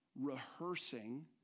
rehearsing